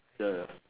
ya